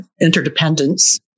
interdependence